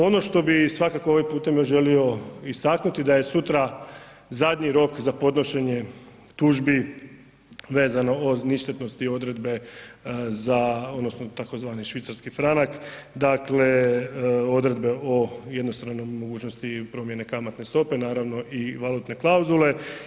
Ono što bih svakako ovim putem još želio istaknuti da je sutra zadnji rok za podnošenje tužbi vezano o ništetnosti odredbe za, odnosno tzv. švicarski franak, dakle odredbe o jednostranoj mogućnosti promjene kamatne stope, naravno i valutne klauzule.